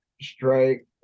strike